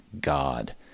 God